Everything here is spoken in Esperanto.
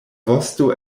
vosto